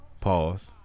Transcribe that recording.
pause